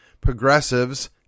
progressives